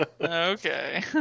Okay